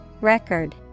Record